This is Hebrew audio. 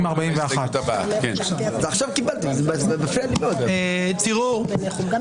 241. ראו,